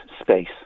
space